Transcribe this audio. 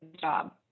job